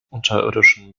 unterirdischen